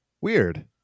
weird